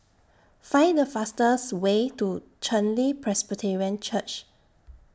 Find The fastest Way to Chen Li Presbyterian Church